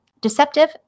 deceptive